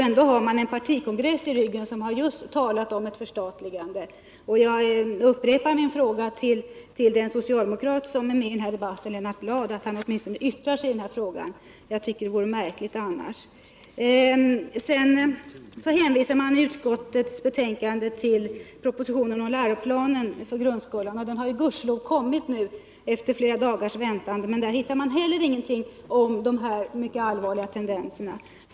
Ändå har de en partikongress i ryggen som just talat om ett förstatligande. Jag vill än en gång uppmana den socialdemokrat som deltar i den här debatten, Lennart Bladh, att han åtminstone yttrar sig i frågan. Jag tycker att det vore märkligt annars. Sedan hänvisar utskottet till propositionen om läroplan för grundskolan, och den har gudskelov kommit nu efter flera dagars väntan. Men där hittar man ingenting om de mycket allvarliga tendenser som jag har talat om.